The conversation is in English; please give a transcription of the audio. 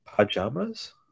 pajamas